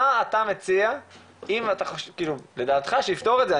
מה אתה מציע לדעתך שיפתור את זה.